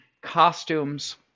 costumes